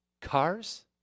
cars